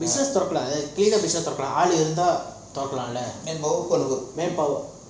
business தொறக்கலாம் கீழ:thorakalam keela business தொறக்கலாம்ல ஆளு இருந்த தொறக்கலாம்:thorakalamla aalu iruntha thorakalam lah manpower